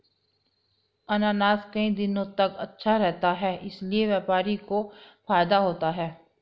अनानास कई दिनों तक अच्छा रहता है इसीलिए व्यापारी को फायदा होता है